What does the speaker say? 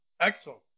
Excellent